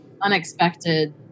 unexpected